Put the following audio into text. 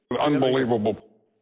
Unbelievable